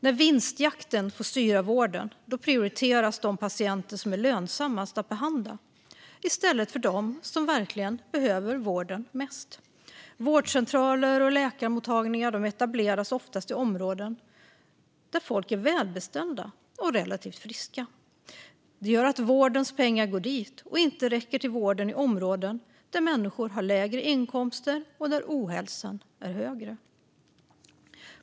När vinstjakten får styra vården prioriteras de patienter som är lönsammast att behandla i stället för dem som verkligen behöver vården mest. Vårdcentraler och läkarmottagningar etableras oftast i områden där människor är välbeställda och relativt friska. Det gör att vårdens pengar går dit och inte räcker till vården i områden där människor har lägre inkomster och där ohälsan är högre.